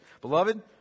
Beloved